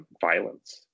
violence